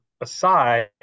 aside